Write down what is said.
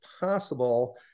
possible